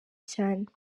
cyane